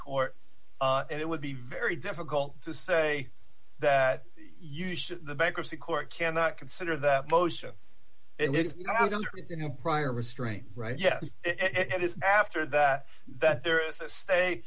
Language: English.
court and it would be very difficult to say that you should the bankruptcy court cannot consider that motion it is prior restraint right yes it is after that that there is a sta